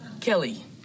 Kelly